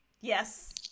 Yes